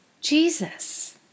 Jesus